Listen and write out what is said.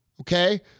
Okay